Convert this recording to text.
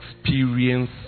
experience